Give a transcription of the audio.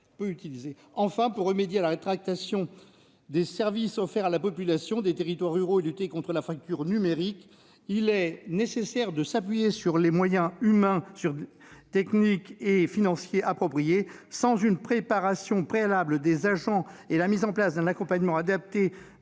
Enfin, pour remédier à la rétractation des services offerts à la population des territoires ruraux et lutter contre la fracture numérique, il est nécessaire de s'appuyer sur les moyens humains, techniques et financiers appropriés. Sans une préparation préalable des agents et la mise en place d'un accompagnement adapté